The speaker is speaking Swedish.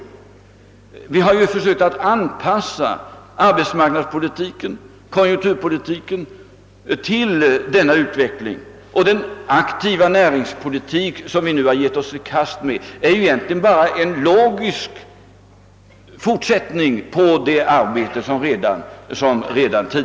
Vi har ju försökt anpassa arbetsmarknadspolitiken och konjunkturpolitiken till denna utveckling, och den aktiva näringspolitik som vi nu givit oss i kast med är egentligen bara en logisk fortsättning på det arbete som redan har påbörjats.